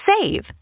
save